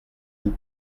vous